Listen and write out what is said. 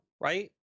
right